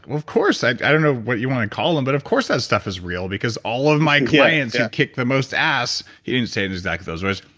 of course. like i don't know what you want to call them, but of course that stuff is real because all of my clients who kick the most ass, he didn't say it in exactly those words.